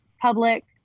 public